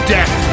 Death